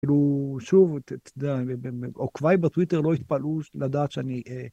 ‫כאילו, שוב, ‫עוקביי בטוויטר לא התפלאו לדעת שאני...